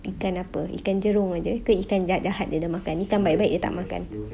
ikan apa ikan jerung saje ke ikan jahat-jahat jer dia makan ikan baik-baik dia tak makan